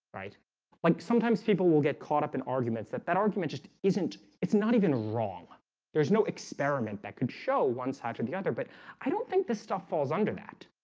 right like sometimes people will get caught up in arguments that that argument just isn't it's not even wrong there's no experiment that could show one side or the other but i don't think this stuff falls under that.